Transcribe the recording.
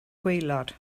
gwaelod